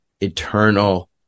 eternal